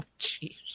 Jeez